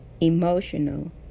emotional